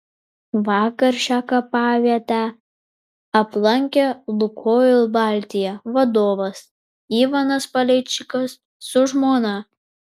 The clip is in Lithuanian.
vakar šią kapavietę aplankė lukoil baltija vadovas ivanas paleičikas su žmona